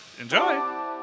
Enjoy